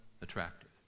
attractive